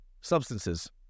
substances